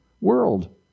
world